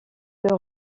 que